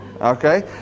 Okay